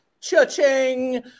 Cha-ching